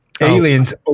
aliens